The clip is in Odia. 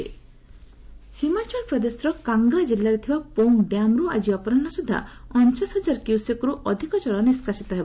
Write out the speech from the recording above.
ଏଚପି ଡ୍ୟାମ୍ ହିମାଚଳ ପ୍ରଦେଶର କାଙ୍ଗ୍ରା ଜିଲ୍ଲାରେ ଥିବା ପୋଙ୍ଗ ଡ୍ୟାମରୁ ଆଜି ଅପରାହୁ ସୁଦ୍ଧା ଅଣଚାଷ ହଜାର କ୍ୟୁସେସରୁ ଅଧିକ କଳ ନିଷ୍କାସିତ ହେବ